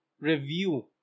review